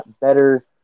better